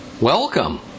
Welcome